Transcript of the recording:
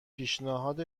پیشنهاد